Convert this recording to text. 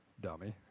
Dummy